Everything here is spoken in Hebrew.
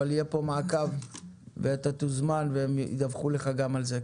אבל יהיה פה מעקב ואתה תוזמן והם ידווחו לך גם על זה.